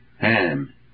ham